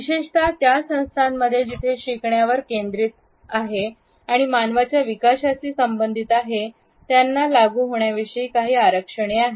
विशेषत त्या संस्थांमध्ये जे शिकण्यावर केंद्रित आहेत आणि मानवाच्या विकासाशी संबंधित आहेत त्याच्या लागू होण्याविषयी काही आरक्षणे आहेत